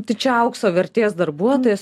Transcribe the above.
tai čia aukso vertės darbuotojas